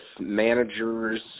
managers